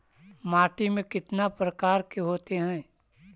माटी में कितना प्रकार के होते हैं?